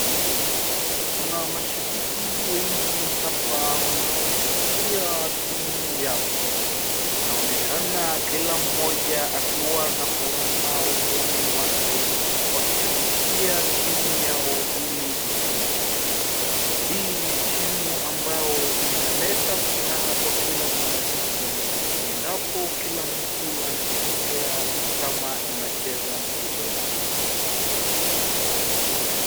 Kuna mashabiki wengi hapa wanaoshabikia timu yao. Inaonekana kila mmoja akiwa na furaha usoni mwake wakishabikia timu yao ili ishinde. Hii ni timu ambao inaleta furaha kwa kila mwananchi endapo kila mtu anajitokea kama inacheza mchezo yao.